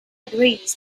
agrees